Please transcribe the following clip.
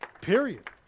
Period